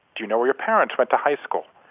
do you know where your parents went to high school?